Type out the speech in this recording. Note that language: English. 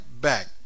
back